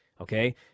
Okay